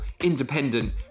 independent